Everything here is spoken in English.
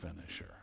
finisher